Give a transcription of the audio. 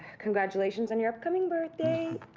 congratulations on your upcoming birthday,